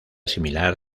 similar